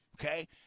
okay